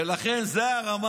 ולכן, זו הרמה